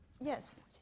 Yes